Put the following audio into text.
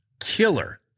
killer